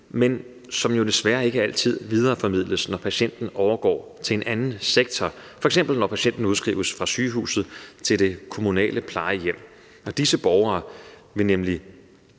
desværre ikke altid, når patienten overgår til en anden sektor, f.eks. når patienten udskrives fra sygehuset til det kommunale plejehjem. Vores forslag